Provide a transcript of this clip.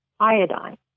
iodine